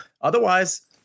Otherwise